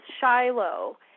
shiloh